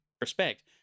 respect